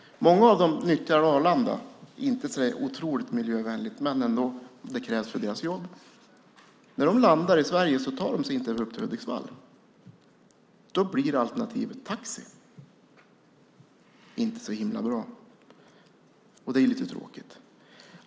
Många av dem nyttjar Arlanda - inte så otroligt miljövänligt, men det krävs för deras jobb. När de landar i Sverige tar de sig inte upp till Hudiksvall. Alternativet blir taxi - inte så himla bra, så det är lite tråkigt.